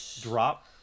drop